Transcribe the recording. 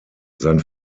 sein